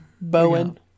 bowen